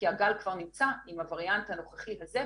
כי הגל כבר נמצא עם הווריאנט הנוכחי וזה,